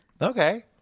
Okay